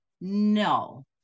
No